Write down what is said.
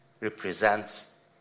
represents